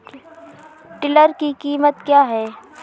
Tiller की कीमत क्या है?